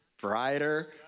brighter